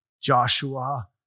Joshua